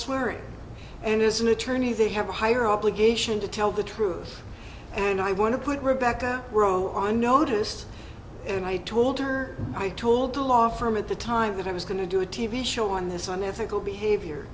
were and as an attorney they have a higher obligation to tell the truth and i want to put rebecca row on noticed and i told her i told the law firm at the time that i was going to do a t v show on this on ethical behavior